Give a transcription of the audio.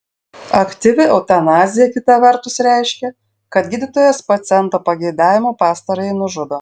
aktyvi eutanazija kita vertus reiškia kad gydytojas paciento pageidavimu pastarąjį nužudo